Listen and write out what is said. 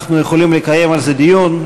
אנחנו יכולים לקיים על זה דיון.